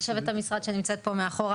חשבת המשרד שנמצאת פה מאחורה,